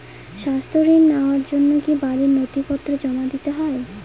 স্বাস্থ্য ঋণ নেওয়ার জন্য কি বাড়ীর নথিপত্র জমা দিতেই হয়?